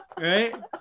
right